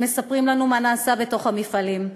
הם מספרים לנו מה נעשה בתוך המפעלים.